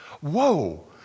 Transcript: whoa